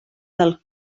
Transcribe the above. del